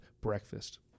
breakfast